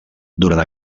durant